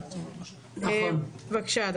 בבקשה.